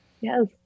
Yes